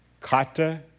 kata